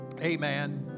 amen